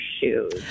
shoes